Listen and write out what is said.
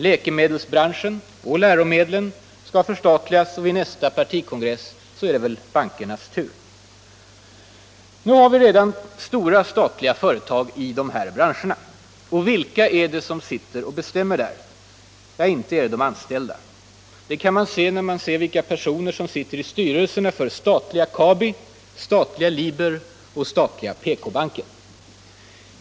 Läkemedelsbranschen och läromedelsföretagen skall förstatligas. Vid nästa partikongress är det väl bankernas tur. Nu har vi redan stora statliga företag i de här branscherna. Och vilka är det som sitter och bestämmer där? Ja, inte är det de anställda! Det kan man se om man undersöker vilka personer som sitter i styrelserna för statliga Kabi, statliga Liber och statliga PK-banken.